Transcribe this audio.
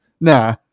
Nah